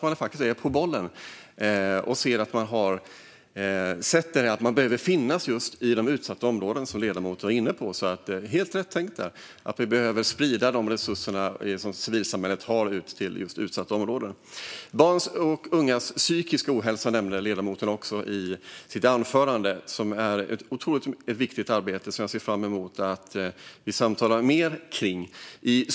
Man är faktiskt på bollen och har sett att man behöver finnas i de utsatta områdena, som ledamoten var inne på. Det är helt rätt tänkt, att vi behöver sprida de resurser som civilsamhället har till utsatta områden. Barns och ungas psykiska ohälsa nämnde ledamoten också i sitt anförande. Det är ett otroligt viktigt arbete som jag ser fram emot att vi ska samtala mer om.